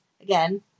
again